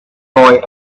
boy